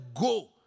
go